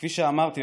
כפי שאמרתי,